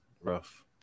Rough